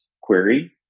query